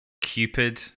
Cupid